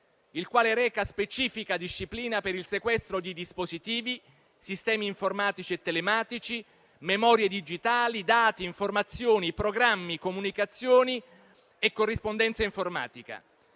il quale reca specifica disciplina per il sequestro di dispositivi, sistemi informatici e telematici, memorie digitali, dati, informazioni, programmi, comunicazioni e corrispondenza informatica.